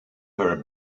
her